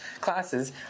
classes